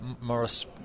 Morris